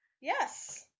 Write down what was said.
Yes